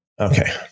Okay